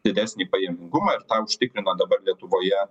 didesnį pajamingumą ir tą užtikrina dabar lietuvoje